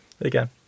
again